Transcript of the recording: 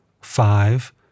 five